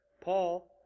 Paul